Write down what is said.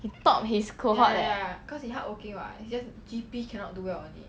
he top his cohort eh